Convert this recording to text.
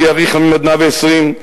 שיאריך ימים עד מאה-ועשרים,